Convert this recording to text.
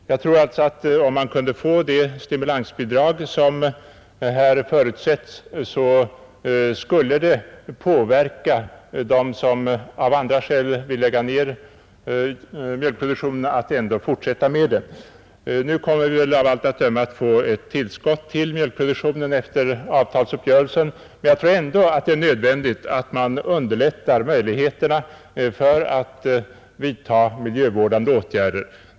Jag tror alltså att om man kunde få det stimulansbidrag som här förutsätts, så skulle det påverka dem som av olika skäl vill lägga ned mjölkproduktionen att ändå fortsätta med den. Nu kommer vi av allt att döma att få ett tillskott till mjölkproduktionen efter avtalsuppgörelsen, men jag tror ändå att det är nödvändigt att man underlättar vidtagandet av miljövårdande åtgärder.